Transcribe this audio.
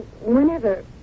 Whenever